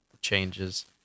changes